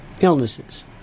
illnesses